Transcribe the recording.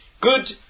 good